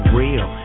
real